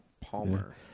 Palmer